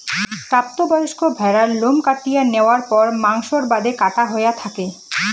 প্রাপ্ত বয়স্ক ভ্যাড়ার লোম কাটিয়া ন্যাওয়ার পর মাংসর বাদে কাটা হয়া থাকে